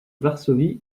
varsovie